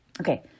Okay